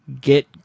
get